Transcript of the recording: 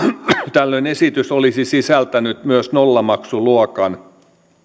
tällöin esitys olisi sisältänyt myös nollamaksuluokan